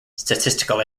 statistical